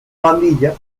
pandilla